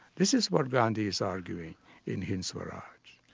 this is what gandhi's arguing in hind swaraj.